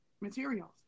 materials